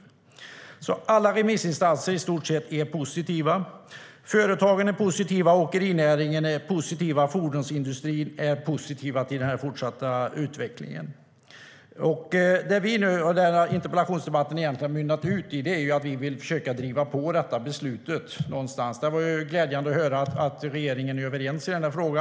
I stort sett alla remissinstanser är alltså positiva, företagen är positiva, åkerinäringen är positiv och fordonsindustrin är positiv till denna fortsatta utveckling. Det som denna interpellationsdebatt egentligen har mynnat ut i är att vi vill försöka driva på detta beslut. Det var glädjande att höra att regeringen är överens i denna fråga.